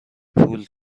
پول